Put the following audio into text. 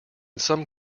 some